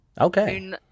Okay